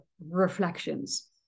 reflections